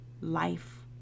life